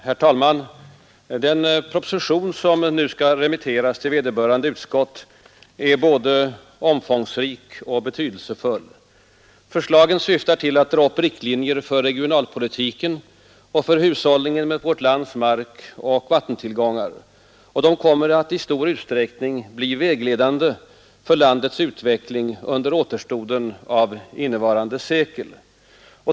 Herr talman! Den proposition som nu skall remitteras till vederbörande utskott är både omfångsrik och betydelsefull. Förslagen syftar till att dra upp riktlinjer för regionalpolitiken och för hushållningen med vårt lands markoch vattentillgångar. De kommer att i stor utsträckning bli vägledande för landets utveckling under återstoden av innevarande sekel.